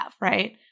right